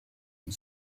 une